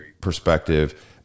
perspective